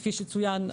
כפי שצוין,